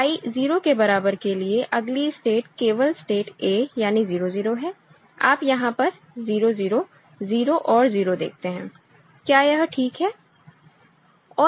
तो I 0 के बराबर के लिए अगली स्टेट केवल स्टेट a यानी 0 0 है आप यहां पर 0 0 0 और 0 देखते हैं क्या यह ठीक है